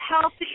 healthy